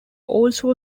also